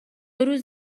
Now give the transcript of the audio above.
روز